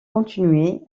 continuer